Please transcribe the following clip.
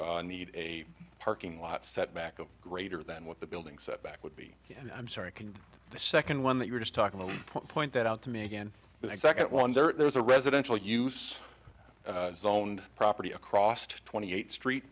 need a parking lot set back of greater than what the building set back would be i'm sorry can the second one that you're just talking about point that out to me again the second one there was a residential use zoned property across twenty eighth street